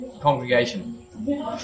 congregation